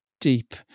deep